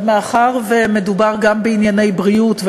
מאחר שמדובר גם בענייני בריאות,